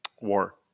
war